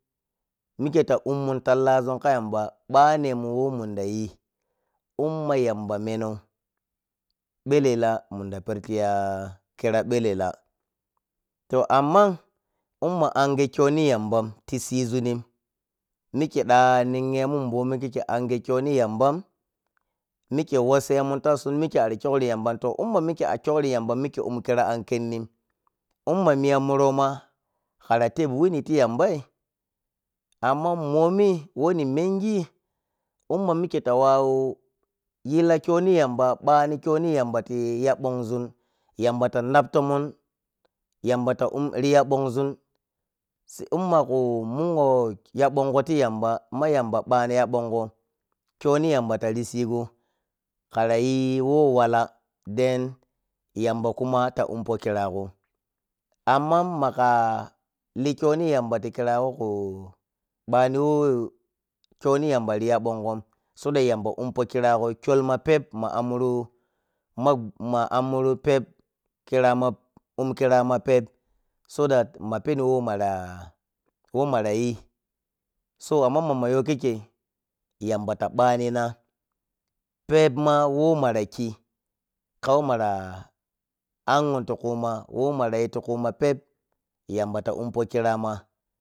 Mike ta ummun tallazun ka yamba banemun who mundayi umma yamba menou belela munda per tiya kira menou belela toh amman umma ange khoni yamban tisizunnin mike ɗha ninyemun mbominn kikkei ange khoni yamban mike wassemun ta mike ari kyouri yamban toh in ma mike akhouri yamban mike um kira ankhenn inma miya muro ma kara tep wuni ti yambari amman momi wenimengi inma mike tawawuyi la khoni yamba bani khoni yamba tiya bonzuni yamba ta nap tomon yamba taru um ya bonzu sei ummaga mungho ya bongo ti yamba ma yamba tsano karayi who wala then, yamba kuma ta umpo kirago amman maga liy khoni yamban tikirago khu bannowo khoni yamba riya mbongon so dat yamba umpo kirago kholma pep ma ammuru ma, ma ammuru pep kira ma um kirama pep so dat ma penni whe mara whe marayi so ma mayo kikkei yamba ta banina pepma who mara khi ka who mara anyhon ti kuma who marayi ta kuma pep yamba ta um pokirama.